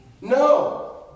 No